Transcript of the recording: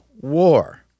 war